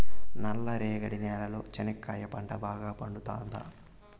నల్ల రేగడి నేలలో చెనక్కాయ పంట బాగా పండుతుందా?